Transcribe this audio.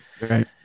Right